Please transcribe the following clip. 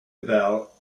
about